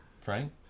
Frank